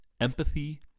empathy